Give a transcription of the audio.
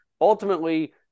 ultimately